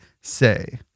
say